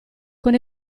con